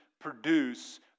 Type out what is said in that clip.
produce